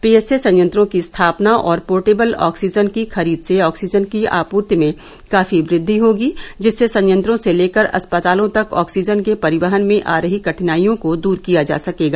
PSA संयंत्रों की स्थापना और पोर्टेबल ऑक्सीजन की खरीद से ऑक्सीजन की आपूर्ति में काफी वृद्धि होगी जिससे संयत्रों से लेकर अस्पतालों तक ऑक्सीजन के परिवहन में आ रही कठिनाईयों को दूर किया जा सकेगा